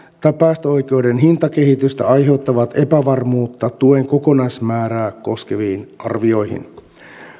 tai päästöoikeuden hintakehitystä aiheuttavat epävarmuutta tuen kokonaismäärää koskeviin arvioihin